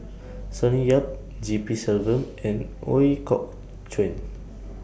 Sonny Yap G P Selvam and Ooi Kok Chuen